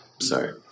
Sorry